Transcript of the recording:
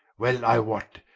well i wot,